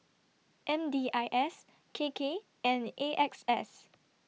M D I S K K and A X S